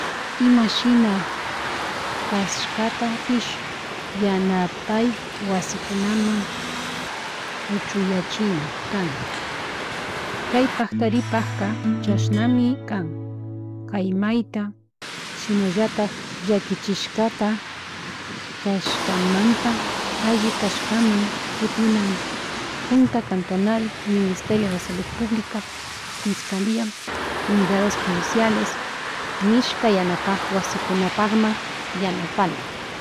Ima shina chaskatapish yanapay wasikunaman kuchuyachina kan kay paktaripaka chashnami kan kay mayta shinallatak llakikishkata kashkamanta alli kashkaman kutinan junta cantonal, ministerio de salud publica, fiscalia, unidades judiciales, nishka yanapak wasikunapakman yanapana